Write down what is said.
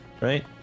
right